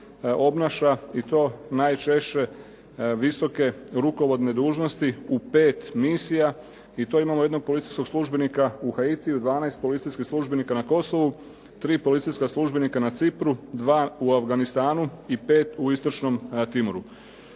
obnaša i to najčešće visoke rukovodne dužnosti u pet misija i to imamo jednog policijskog službenika u Haitiju, 12 policijskih službenika na Kosovu, 3 policijska službenika na Cipru, 2 u Afganistanu i 5 u istočnom Timoru.